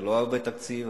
זה לא הרבה תקציב,